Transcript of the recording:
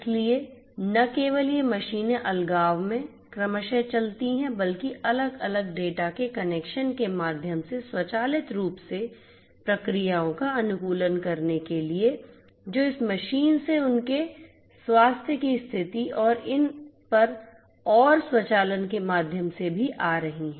इसलिए न केवल ये मशीनें अलगाव में क्रमशः चलती हैं बल्कि अलग अलग डेटा के कनेक्शन के माध्यम से स्वचालित रूप से प्रक्रियाओं का अनुकूलन करने के लिए जो इस मशीन से उनके स्वास्थ्य की स्थिति और इन पर और स्वचालन के माध्यम से भी आ रही हैं